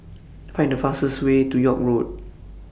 Find The fastest Way to York Road